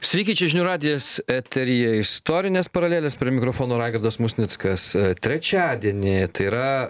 sveiki čia žinių radijas eteryje istorinės paralelės prie mikrofono raigardas musnickas trečiadienį tai yra